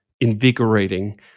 invigorating